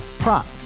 Prop